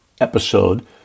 episode